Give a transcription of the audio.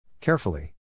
Carefully